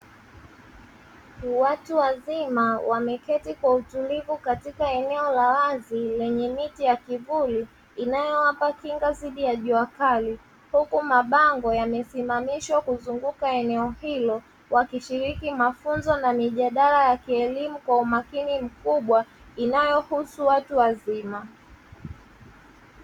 Watu wazima wameketi kwa utulivu katika eneo la wazi lenye miti ya kivuli inayowapa kinga dhidi ya jua kali, huku mabango yamesimamishwa kuzunguka eneo hilo wakishiriki mafunzo na mijadala ya kielimu kwa umakini mkubwa inayohusu watu wazima.